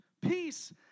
Peace